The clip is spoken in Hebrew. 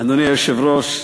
אדוני היושב-ראש,